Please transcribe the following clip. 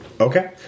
Okay